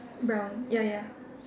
brown ya ya